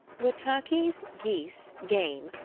were turkeys, geese, game,